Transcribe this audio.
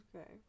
Okay